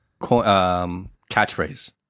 catchphrase